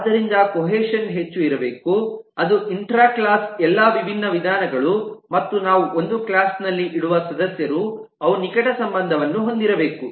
ಆದ್ದರಿಂದ ಕೋಹೇಷನ್ ಹೆಚ್ಚು ಇರಬೇಕು ಅದು ಇಂಟ್ರಾ ಕ್ಲಾಸ್ ಎಲ್ಲಾ ವಿಭಿನ್ನ ವಿಧಾನಗಳು ಮತ್ತು ನಾವು ಒಂದು ಕ್ಲಾಸ್ ನಲ್ಲಿ ಇಡುವ ಸದಸ್ಯರು ಅವು ನಿಕಟ ಸಂಬಂಧವನ್ನು ಹೊಂದಿರಬೇಕು